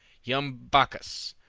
young bacchus,